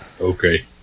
Okay